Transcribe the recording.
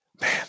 Man